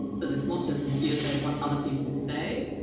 so it's not just the hearsay of what other people say.